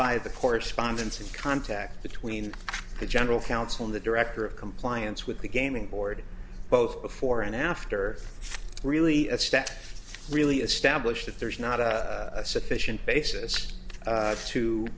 by the correspondence and contact between the general counsel and the director of compliance with the gaming board both before and after really a step really establish that there's not a sufficient basis